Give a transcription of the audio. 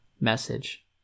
message